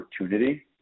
opportunity